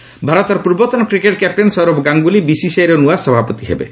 BCI ଭାରତର ପୂର୍ବତନ cricket captain Sourav Ganguly ବିସିସିଆଇର ନୂଆ ସଭାପତି ହେବେ